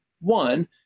one